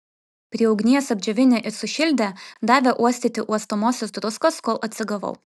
prie ugnies apdžiovinę ir sušildę davė uostyti uostomosios druskos kol atsigavau